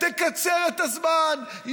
תקצר את הזמן,